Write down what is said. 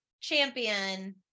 champion